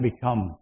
become